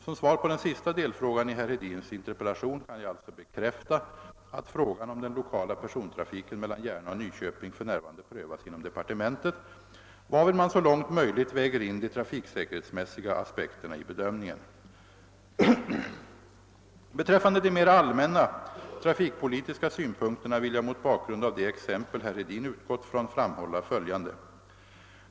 Som svar på den sista delfrågan i herr Hedins interpellation kan jag alltså bekräfta att frågan om den lokala persontrafiken mellan Järna och Nyköping för närvarande prövas inom departementet, varvid man så långt möjligt väger in de trafiksäkerhetsmässiga aspekterna i bedömningen. Beträffande de mera allmänna trafikpolitiska synpunkterna vill jag mot bakgrund av det exempel herr Hedin utgått från framhålla följande.